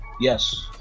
Yes